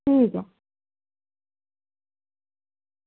ठीक ऐ